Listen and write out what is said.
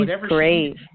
great